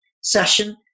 session